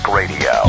radio